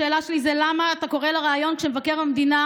השאלה שלי היא למה אתה קורא לה "רעיון" כשמבקר המדינה